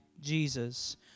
Jesus